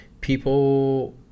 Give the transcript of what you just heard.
People